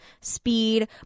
speed